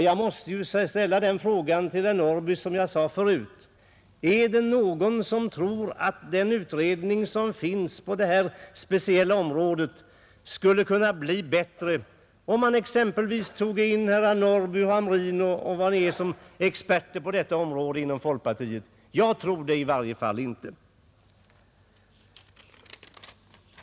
Jag måste ställa frågan till herr Norrby: Är det någon som tror att den utredning som finns på det här speciella området skulle kunna bli bättre om man tog in exempelvis herrar Norrby och Hamrin som experter på detta område inom folkpartiet? Jag tror det i varje fall inte.